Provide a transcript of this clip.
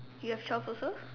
you have twelve also